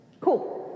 Cool